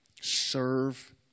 serve